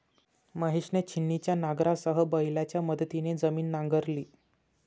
महेशने छिन्नीच्या नांगरासह बैलांच्या मदतीने जमीन नांगरली